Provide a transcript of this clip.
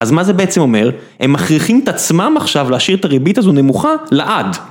אז מה זה בעצם אומר, הם מכריכים את עצמם עכשיו להשאיר את הריבית הזו נמוכה לעד.